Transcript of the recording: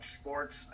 sports